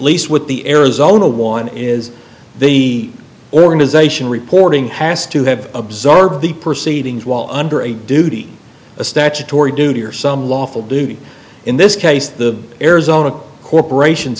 least what the arizona one is the organization reporting has to have observe the proceedings while under a duty a statutory duty or some lawful duty in this case the arizona corporation